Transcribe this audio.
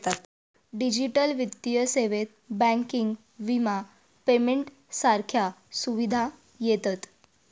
digital वित्तीय सेवेत banking, विमा, पेमेंट सारख्या सुविधा येतत